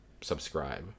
subscribe